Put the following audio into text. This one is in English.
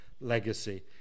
legacy